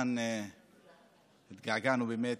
התגעגענו, באמת.